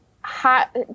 hot